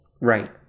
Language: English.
Right